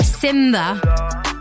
Simba